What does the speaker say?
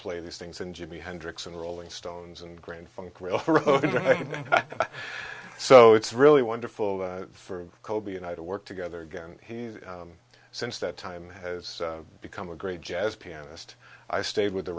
play these things and jimi hendrix and rolling stones and grand funk real so it's really wonderful for colby and i do work together again and he's since that time has become a great jazz pianist i stayed with the